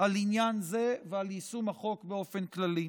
על עניין הזה ועל יישום החוק באופן כללי.